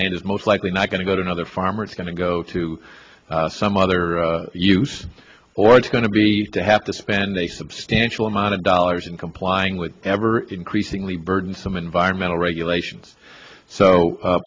land is most likely not going to go to another farmer it's going to go to some other use or it's going to be to have to spend a substantial amount of dollars in complying ever increasingly burdensome environmental regulations so